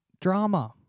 Drama